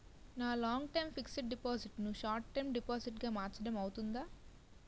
నా long term fixed deposit ను short term deposit గా మార్చటం అవ్తుందా?